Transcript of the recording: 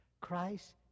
Christ